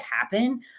happen